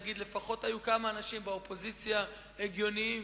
כי בפוליטיקה אחד ועוד אחד זה תמיד שלושה.